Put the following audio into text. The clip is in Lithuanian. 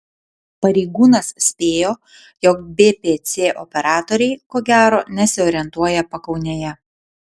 pareigūnas spėjo jog bpc operatoriai ko gero nesiorientuoja pakaunėje